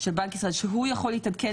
של בנק ישראל שהוא יכול להתעדכן.